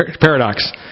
paradox